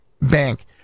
Bank